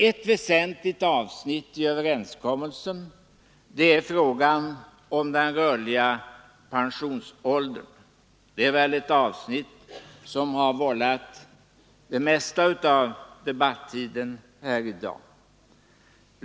Ett väsentligt avsnitt i överenskommelsen är frågan om den rörliga pensionsåldern. Det är väl det avsnitt som har tagit den längsta debattiden här i dag.